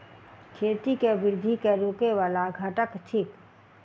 खेती केँ वृद्धि केँ रोकय वला घटक थिक?